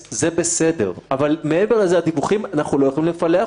הדבר הבא שיש לקבל בו החלטה,